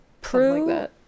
Prove